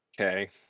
Okay